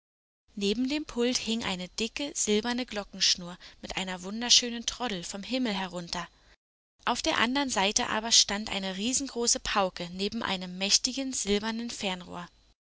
neben dem pult hing eine dicke silberne glockenschnur mit einer wunderschönen troddel vom himmel herunter auf der andern seite aber stand eine riesengroße pauke neben einem mächtigen silbernen fernrohr